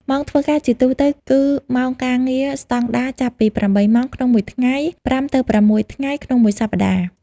ម៉ោងធ្វើការជាទូទៅ គឺម៉ោងការងារស្តង់ដារចាប់ពី ៨ ម៉ោងក្នុងមួយថ្ងៃ ៥ទៅ៦ ថ្ងៃក្នុងមួយសប្តាហ៍។